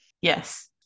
Yes